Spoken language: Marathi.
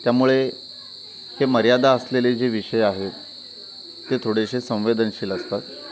त्यामुळे ते मर्यादा असलेले जे विषय आहेत ते थोडेसे संवेदनशील असतात